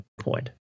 point